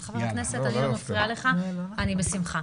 אבל חבר הכנסת, אני לא מפריעה לך, אני בשמחה.